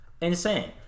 insane